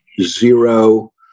zero